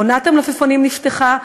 עונת המלפפונים נפתחה,